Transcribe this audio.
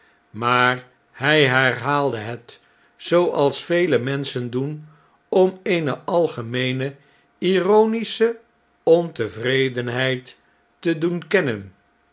maar hjj herhaalde het zooals vele menschen doen om eene algemeene ironische ontevredenheid te doen kennen